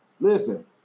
Listen